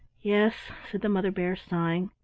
yes, said the mother bear, sighing,